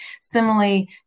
Similarly